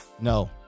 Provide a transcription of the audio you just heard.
no